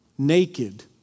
naked